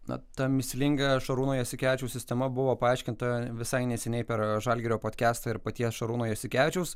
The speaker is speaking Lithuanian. na ta mįslinga šarūno jasikevičiaus sistema buvo paaiškinta visai neseniai per žalgirio potkestą ir paties šarūno jasikevičiaus